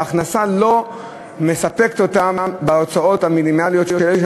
ההכנסה לא מספקת להם את ההוצאות המינימליות שיש.